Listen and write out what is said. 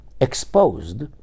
exposed